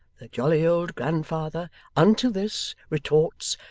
the jolly old grandfather unto this, retorts,